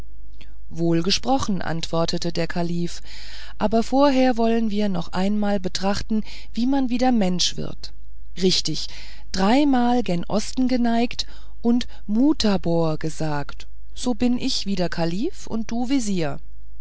wohl gesprochen antwortete der kalif aber vorher wollen wir noch einmal betrachten wie man wieder mensch wird richtig dreimal gen osten geneigt und mutabor gesagt so bin ich wieder kalif und du vezier